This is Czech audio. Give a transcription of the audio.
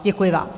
Děkuji vám.